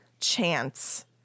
chance